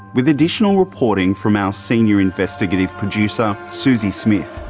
with additional reporting from our senior investigative producer suzie smith.